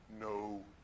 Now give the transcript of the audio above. no